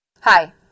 Hi